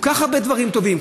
כל כך הרבה דברים טובים,